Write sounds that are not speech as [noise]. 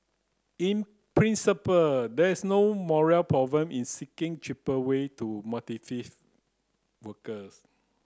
in principle there is no moral problem in seeking cheaper way to [unintelligible] workers